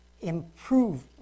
improve